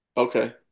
Okay